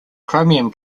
chromium